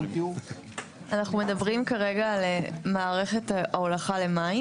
אנחנו מדברים כרגע על מערכת ההולכה למים.